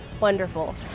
wonderful